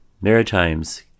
Maritimes